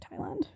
Thailand